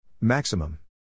Maximum